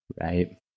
right